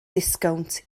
disgownt